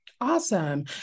Awesome